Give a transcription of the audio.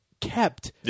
kept